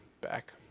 back